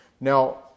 Now